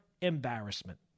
embarrassment